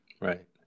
Right